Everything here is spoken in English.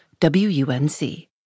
WUNC